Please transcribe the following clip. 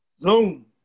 Zoom